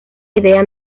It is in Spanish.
idea